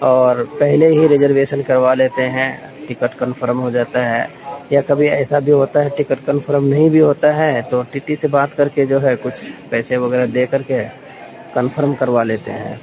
اور پہلے ہی ریزرویشن کروا لیتے ہیں ٹکٹ کنفرم ہو جاتا ہے یا کبھی ایسا بھی ہوتا ہے کہ ٹکٹ کنفرم نہیں بھی ہوتا ہے تو ٹی ٹی سے بات کر کے جو ہے کچھ پیسے وغیرہ دے کر کے کنفرم کروا لیتے ہیں